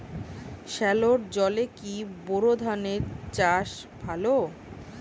সেলোর জলে কি বোর ধানের চাষ ভালো?